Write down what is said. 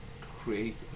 create